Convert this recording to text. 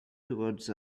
towards